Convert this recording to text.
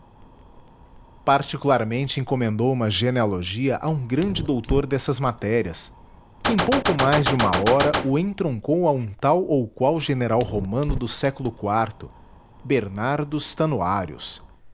particularmente encomendou uma genealogia a um grande doutor dessas matérias que em pouco mais de uma hora o entroncou a um tal ou qual general romano do século iv bernardus